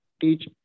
teach